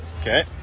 Okay